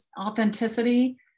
authenticity